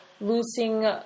losing